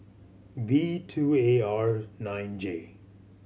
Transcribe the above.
V two A R nine J